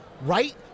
right